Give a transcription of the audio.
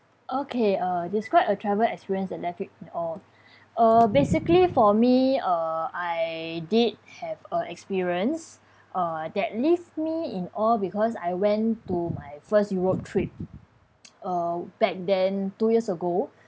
okay uh describe a travel experience that left you in awe uh basically for me uh I did have a experience uh that leave me in awe because I went to my first europe trip uh back then two years ago